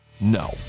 no